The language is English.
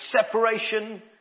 separation